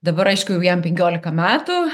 dabar aišku jau jam penkiolika metų